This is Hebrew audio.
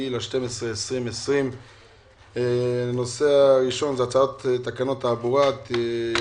9 בדצמבר 2020. על סדר היום הצעת תקנות התעבורה (תיקון מס' ),